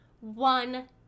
One